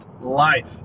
Life